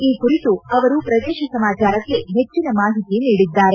ಈ ಕುರಿತು ಅವರು ಪ್ರದೇಶ ಸಮಾಚಾರಕ್ಕೆ ಹೆಚ್ಚಿನ ಮಾಹಿತಿ ನೀಡಿದ್ದಾರೆ